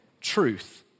truth